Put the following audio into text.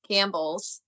Campbell's